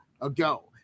ago